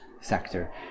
sector